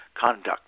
conduct